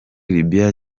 libya